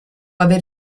aver